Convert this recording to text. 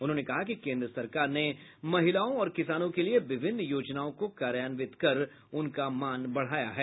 उन्होंने कहा कि केन्द्र सरकार ने महिलाओं और किसानों के लिए विभिन्न योजनाओं को कार्यान्वित कर उनका मान बढ़ाया है